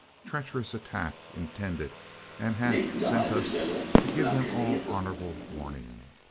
treacherous attack intended and hath sent us to give them all honorable warning.